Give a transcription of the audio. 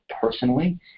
personally